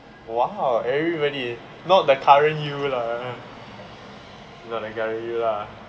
!wow! everybody not the current you lah not the current you lah